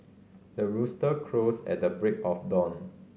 the rooster crows at the break of dawn